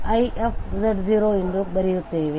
ಎಂದು ಬರೆಯುತ್ತೇವೆ